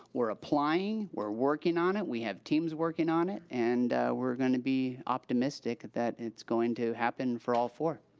we're applying. we're working on it. we have teams working on it and we're gonna be optimistic that it's going to happen for all four.